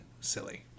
silly